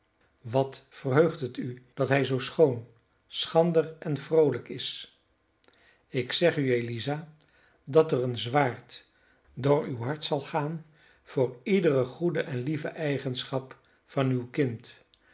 wat verheugt het u dat hij zoo schoon schrander en vroolijk is ik zeg u eliza dat er een zwaard door uw hart zal gaan voor iedere goede en lieve eigenschap van uw kind dat